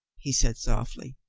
he said softly.